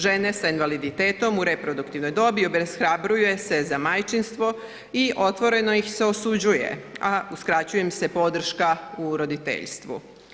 Žene sa invaliditetom u reproduktivnoj dobi obeshrabruje se za majčinstvo i otvoreno ih se osuđuje, a uskraćuje im se podrška u roditeljstvu.